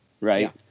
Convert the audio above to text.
right